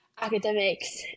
academics